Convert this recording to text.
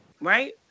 Right